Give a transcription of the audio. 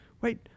Wait